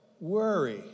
Worry